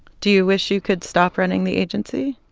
do you wish you could stop running the agency?